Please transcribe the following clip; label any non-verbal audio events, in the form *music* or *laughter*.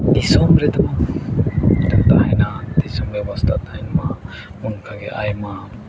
ᱫᱤᱥᱚᱢ ᱨᱮᱫᱚ *unintelligible* ᱛᱟᱦᱮᱱᱟ *unintelligible* ᱵᱮᱵᱚᱥᱛᱦᱟ ᱛᱟᱦᱮᱱᱢᱟ ᱚᱱᱠᱟᱜᱮ ᱟᱭᱢᱟ